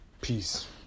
Peace